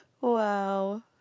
Wow